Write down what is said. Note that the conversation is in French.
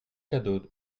cadeau